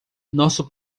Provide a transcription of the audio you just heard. nosso